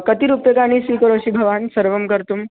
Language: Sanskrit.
कति रूप्यकाणि स्वीकरोषि भवान् सर्वं कर्तुम्